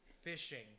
fishing